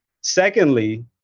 Secondly